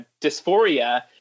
dysphoria